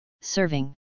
serving